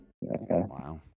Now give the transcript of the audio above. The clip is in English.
Wow